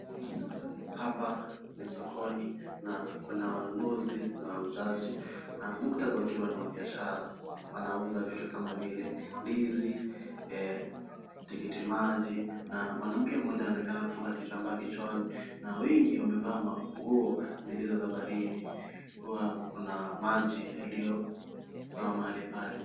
Hapa ni sokoni na kuna wanunuzi na wauzaji na muktadha ukiwa ni wa biashara. Wanauza vitu kama vile ndizi eeh tikiti maji na mwanamke mmoja aonekana kufunga kitambaa kichwani na wengi wamevaa manguo zilizo za baridi kuwa kuna maji yaliyosimama mahali pale.